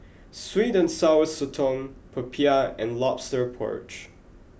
Sweet and Sour Sotong Popiah and Lobster Porridge